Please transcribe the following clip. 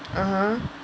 (uh huh)